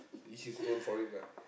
it's he's known for it lah